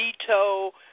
veto